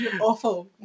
Awful